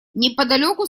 неподалеку